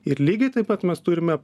ir lygiai taip pat mes turime